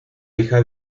hija